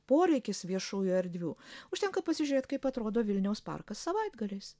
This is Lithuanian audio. poreikis viešųjų erdvių užtenka pasižiūrėt kaip atrodo vilniaus parkas savaitgaliais